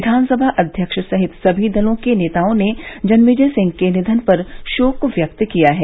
विधानसभा अध्यक्ष सहित सभी दलों के नेताओं ने जन्मेजय सिंह के निधन पर शोक व्यक्त किया है